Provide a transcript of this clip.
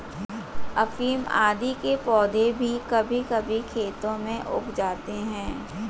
अफीम आदि के पौधे भी कभी कभी खेतों में उग जाते हैं